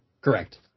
Correct